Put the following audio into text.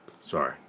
Sorry